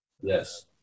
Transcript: Yes